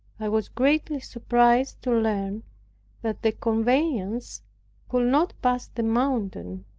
i was greatly surprised to learn that the conveyance could not pass the mountain.